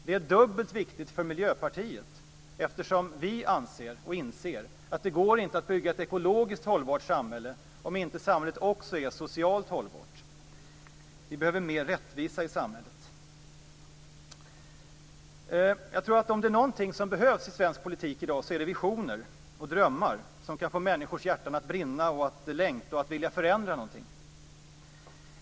Det är dubbelt viktigt för Miljöpartiet, eftersom vi anser och inser att det inte går att bygga ett ekologiskt hållbart samhälle om inte samhället också är socialt hållbart. Vi behöver mer rättvisa i samhället. Jag tror att om det är någonting som behövs i svensk politik i dag så är det visioner och drömmar, som kan få människors hjärtan att brinna och få människor att längta och vilja förändra någonting.